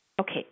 Okay